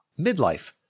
Midlife